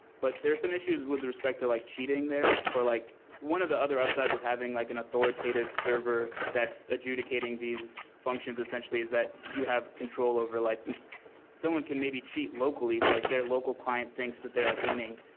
but there's some issues with respect to like cheating there, or like one of the other upsides of having like an authoritative server that's adjudicating these functions essentially is that you have control over like someone can maybe cheat locally so like their local client thinks that they're like winning,